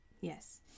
yes